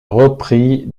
reprit